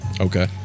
Okay